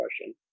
question